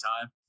time